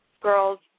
girls